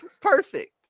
Perfect